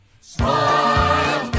Smile